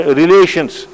relations